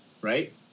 right